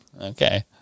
Okay